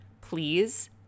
please